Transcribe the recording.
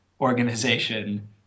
organization